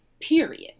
period